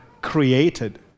created